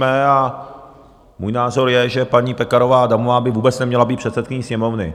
A můj názor je, že paní Pekarová Adamová by vůbec neměla být předsedkyní Sněmovny.